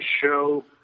show